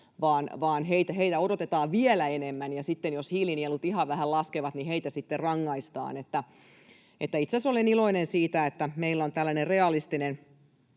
vaan heiltä odotetaan vielä enemmän, ja sitten jos hiilinielut ihan vähän laskevat, niin heitä sitten rangaistaan. Itse asiassa olen iloinen siitä, että meillä on tällainen realistinen